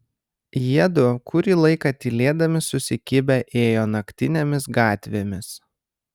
jiedu kurį laiką tylėdami susikibę ėjo naktinėmis gatvėmis